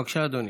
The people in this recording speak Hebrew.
בבקשה, אדוני.